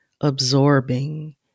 absorbing